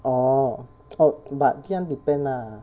oh oh but 这样 depend lah